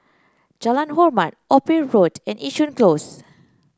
Jalan Hormat Ophir Road and Yishun Close